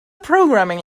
programming